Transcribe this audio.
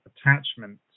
attachment